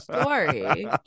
story